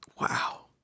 Wow